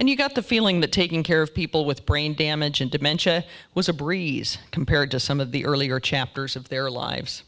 and you got the feeling that taking care of people with brain damage and dementia was a breeze compared to some of the earlier chapters of their lives